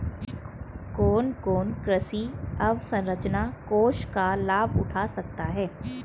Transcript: कौन कौन कृषि अवसरंचना कोष का लाभ उठा सकता है?